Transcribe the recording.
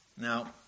Now